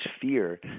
fear